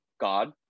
God